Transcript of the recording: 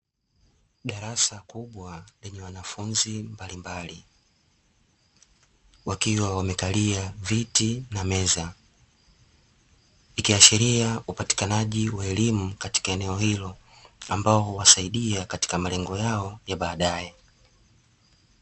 Darasa kubwa lenye wanafunzi mbalimbali wakiwa amekalia viti na meza, ikiashiria upatikanaji wa elimu katika eneo hilo, ambayo huwasaidia katika malengo yao ya baadae.